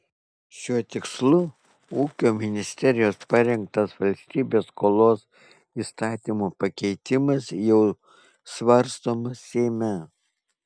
šiuo tikslu ūkio ministerijos parengtas valstybės skolos įstatymo pakeitimas jau svarstomas seime